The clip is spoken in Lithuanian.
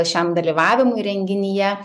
šiam dalyvavimui renginyje